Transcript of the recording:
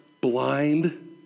blind